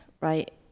right